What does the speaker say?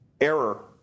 error